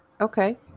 Okay